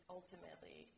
ultimately